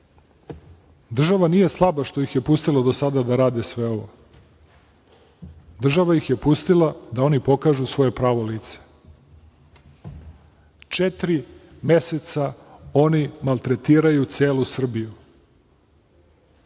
država nije slaba što ih je pustila do sada da rade sve ovo, država ih je pustila da oni pokažu svoje pravo lice. Četiri meseca oni maltretiraju celu Srbiju.